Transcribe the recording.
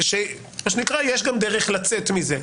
מה שנקרא יש גם דרך לצאת מזה,